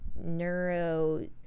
neuro